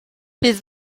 bydd